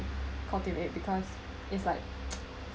cultivate because it's like